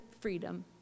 freedom